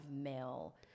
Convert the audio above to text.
male